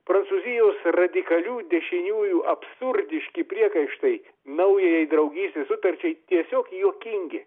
prancūzijos radikalių dešiniųjų absurdiški priekaištai naujajai draugystės sutarčiai tiesiog juokingi